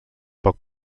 poc